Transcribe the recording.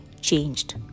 changed